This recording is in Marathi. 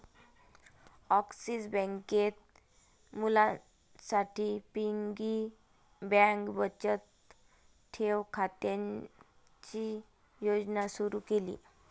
ॲक्सिस बँकेत मुलांसाठी पिगी बँक बचत ठेव खात्याची योजना सुरू केली